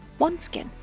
OneSkin